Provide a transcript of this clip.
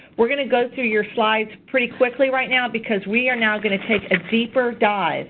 we're going to go through your slides pretty quickly right now because we are now going to take a deeper dive